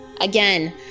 again